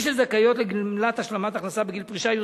אלה שזכאיות לגמלת השלמת הכנסה בגיל פרישה יהיו